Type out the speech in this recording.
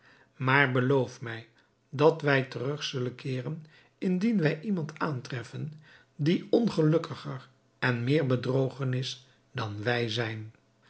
maar beloof mij dat wij terug zullen keeren indien wij iemand aantreffen die ongelukkiger en meer bedrogen is dan wij zijn